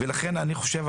ולכן אני חושב,